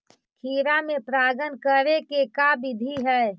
खिरा मे परागण करे के का बिधि है?